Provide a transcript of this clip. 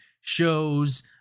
shows